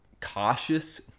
cautious